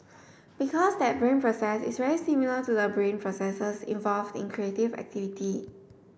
because that brain process is very similar to the brain processes involved in creative activity